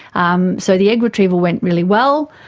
um so the egg retrieval went really well,